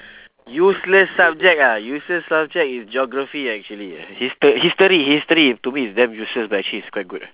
useless subject ah useless subject is geography actually lah histo~ history history to me is damn useless but actually it's quite good